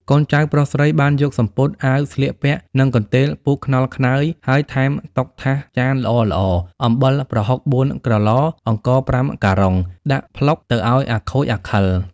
កូនចៅប្រុសស្រីបានយកសំពត់ អាវស្លៀកពាក់ និងកន្ទេលពូកខ្នល់ខ្នើយហើយថែមតុថាសចានល្អៗ អំបិលប្រហុក៤ក្រឡ អង្ករ៥ការុង ដាក់ផ្លុកទៅឱ្យអាខូចអាខិល។